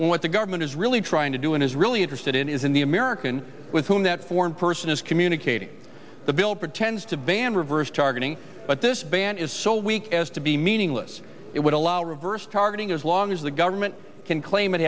what the government is really trying to do and is really interested in is in the american with whom that foreign person is communicating the bill pretends to ban reverse targeting but this ban is so weak as to be meaningless it would allow reverse targeting as long as the government can claim it